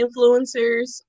influencers